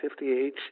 58